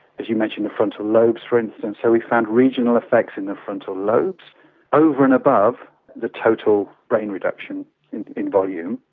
as you mentioned, the frontal lobes, for instance, so we found regional effects in the frontal lobes over and above the total brain reduction in volume.